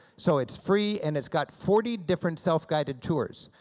so it's free, and it's got forty different self-guided tours.